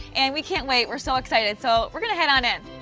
and we can't wait. we're so excited so we're gonna head on in.